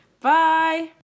Bye